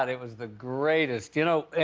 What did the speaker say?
but it was the greatest. you know,